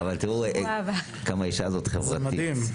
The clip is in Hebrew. תראו כמה האישה הזאת חברתית.